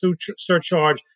surcharge